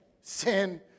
Sin